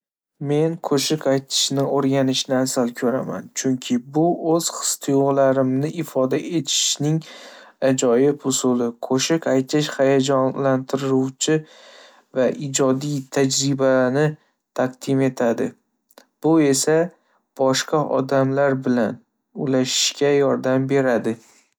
Men qo'shiq aytishni o'rganishni afzal ko'raman, chunki bu o'z his-tuyg'ularimni ifoda etishning ajoyib usuli. Qo'shiq aytish hayajonlantiruvchi va ijodiy tajribani taqdim etadi, bu esa boshqa odamlar bilan ulashishga yordam beradi.